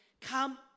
Come